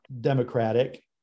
Democratic